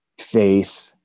faith